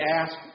ask